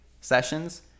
sessions